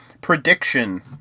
prediction